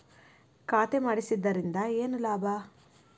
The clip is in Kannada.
ಖಾತೆ ಮಾಡಿಸಿದ್ದರಿಂದ ಏನು ಲಾಭ?